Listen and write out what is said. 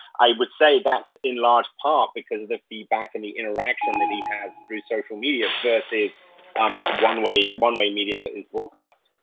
i would say that's in large part because of the feedback and the interaction that he has through social media versus um that one way one way medium that is broadcast.